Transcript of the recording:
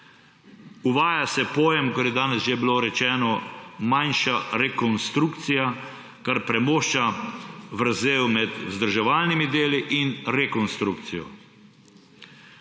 Uvaja se pojem – kar je danes že bilo rečeno – manjša rekonstrukcija, kar premošča vrzel med vzdrževalnimi deli in rekonstrukcijo.